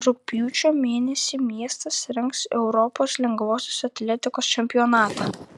rugpjūčio mėnesį miestas rengs europos lengvosios atletikos čempionatą